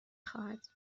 خواهد